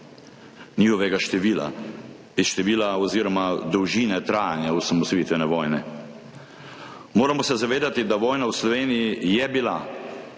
njihovega števila, iz števila oziroma dolžine trajanja osamosvojitvene vojne. Moramo se zavedati, da vojna v Sloveniji je bila,